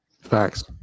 facts